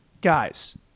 guys